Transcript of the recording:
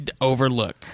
overlook